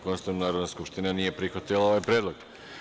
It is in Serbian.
Konstatujem da Narodna skupština nije prihvatila ovaj predlog.